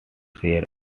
share